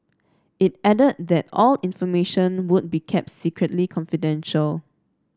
it added that all information would be kept strictly confidential